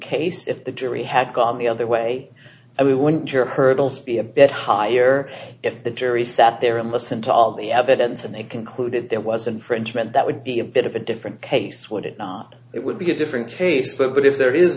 case if the jury had gone the other way and we went your hurdles be a bit higher if the jury sat there and listened to all the evidence and they concluded that wasn't french meant that would be a bit of a different case would it not it would be a different case but if there is